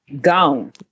Gone